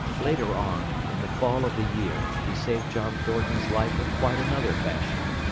later on, in the fall of the year, he saved john thornton's life in quite another fashion.